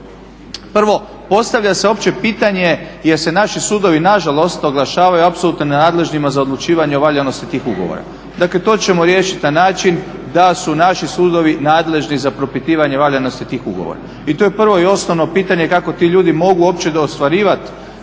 Prvo postavlja se uopće pitanje jer se naši sudovi nažalost oglašavaju apsolutno nenadležnima za odlučivanje o valjanosti tih ugovora. Dakle to ćemo riješiti na način da su naši sudovi nadležni za propitivanje valjanosti tih ugovora. I to je prvo i osnovno pitanje kako ti ljudi mogu uopće ostvarivati